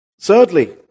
Thirdly